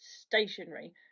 stationary